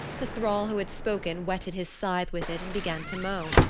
the thrall who had spoken whetted his scythe with it and began to mow.